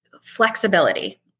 Flexibility